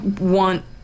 want